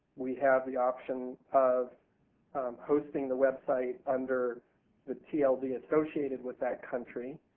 we have the option of hosting the website under the tld associated with that country.